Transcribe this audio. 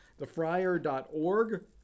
thefriar.org